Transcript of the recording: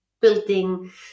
building